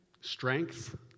Strength